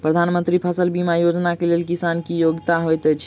प्रधानमंत्री फसल बीमा योजना केँ लेल किसान केँ की योग्यता होइत छै?